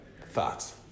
Thoughts